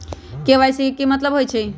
KYC के कि मतलब होइछइ?